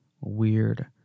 weird